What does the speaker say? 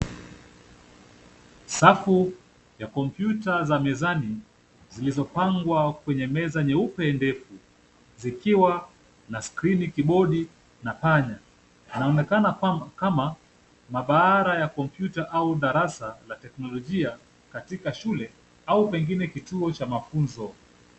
Safu ya kompyuta za mezani zilizopangwa kwenye meza nyeupe ndefu zikiwa na skrini , kibodi na panya. Yanaonekana kama maabara ya kompyuta au darasa la teknolojia katika shule au pengine kituo cha mafunzo.